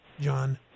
John